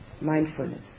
mindfulness